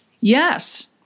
Yes